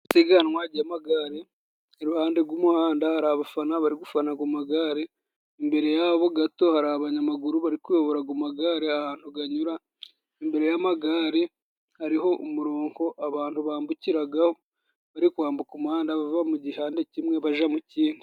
Isiganwa ry'amagare, iruhande gw'umuhanda hari abafana bari gufanaga amagare, imbere yabo gato hari abanyamaguru bari kuyoboraga amagare ahantu ganyura, imbere y'amagare hariho umurongo abantu bambukiragaho bari kwambuka umuhanda, bava mu gihande kimwe baja mu kindi.